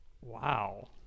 Wow